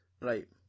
Right